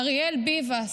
אריאל ביבס,